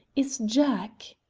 is jack!